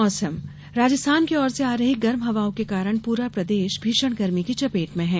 मौसम राजस्थान की और से आ रही गर्म हवाओं के कारण पूरा प्रदेश भीषण गर्मी की चपेट में है